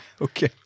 Okay